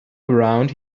around